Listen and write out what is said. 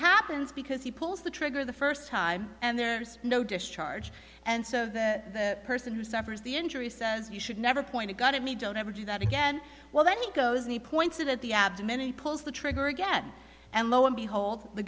happens because pulls the trigger the first time and there's no discharge and so the person who suffers the injury says you should never point a gun at me don't ever do that again well then he goes and he points it at the abs many pulls the trigger again and lo and behold the